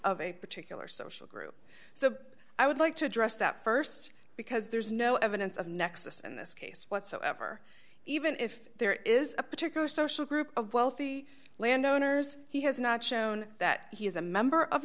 of a particular social group so i would like to address that st because there's no evidence of nexus in this case whatsoever even if there is a particular social group of wealthy landowners he has not shown that he is a member of